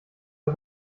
der